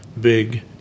big